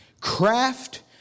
craft